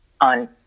on